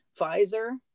Pfizer